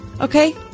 Okay